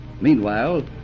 Meanwhile